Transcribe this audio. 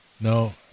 No